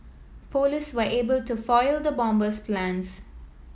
police were able to foil the bomber's plans